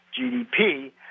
gdp